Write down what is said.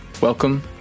Welcome